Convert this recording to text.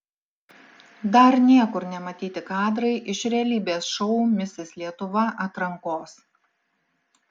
dar niekur nematyti kadrai iš realybės šou misis lietuva atrankos